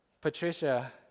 Patricia